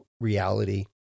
reality